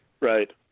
Right